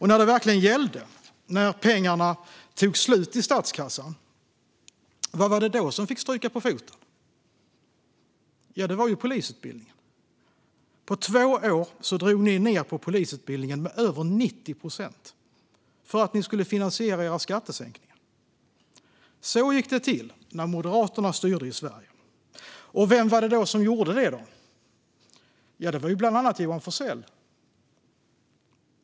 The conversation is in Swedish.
När det verkligen gällde, när pengarna tog slut i statskassan, vad var det då som fick stryka på foten? Det var polisutbildningen. På två år drog ni ned på polisutbildningen med över 90 procent - för att ni skulle finansiera era skattesänkningar. Så gick det till när Moderaterna styrde i Sverige. Vem var det som gjorde detta? Jo, det var bland annat Johan Forssell.